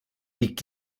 liegt